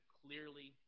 clearly